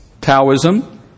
Taoism